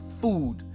food